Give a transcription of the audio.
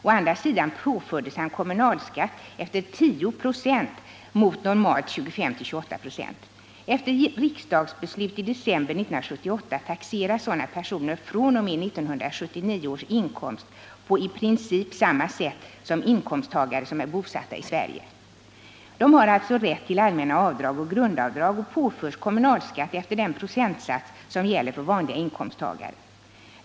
Å andra sidan påfördes han kommunalskatt efter 10 96 mot normalt 25-28 96. Efter riksdagsbeslut i december 1978 taxeras sådana personer fr.o.m. 1979 års inkomst på i princip samma sätt som inkomsttagare som är bosatta i Sverige. De har alltså rätt till allmänna avdrag och grundavdrag och påförs kommunalskatt efter den procentsats som gäller för vanliga inkomsttagare.